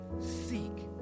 seek